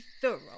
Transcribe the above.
thorough